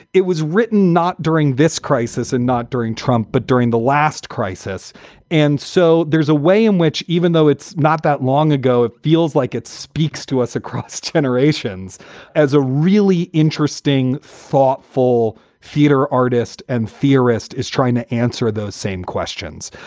it was written not during this crisis and not during trump, but during the last crisis and so there's a way in which even though it's not that long ago, it feels like it speaks to us across generations as a really interesting, thoughtful theater artist and theorist is trying to answer those same questions.